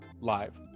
live